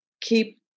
keep